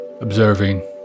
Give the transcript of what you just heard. Observing